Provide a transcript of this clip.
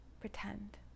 pretend